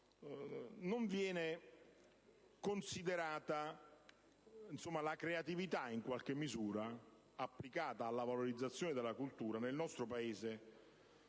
non viene considerata la creatività applicata alla valorizzazione della cultura nel nostro Paese,